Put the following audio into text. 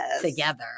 together